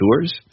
tours